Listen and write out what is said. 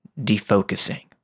defocusing